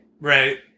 Right